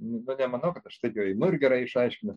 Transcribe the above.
nu nemanau kad aš taip imu ir gerai išaiškinu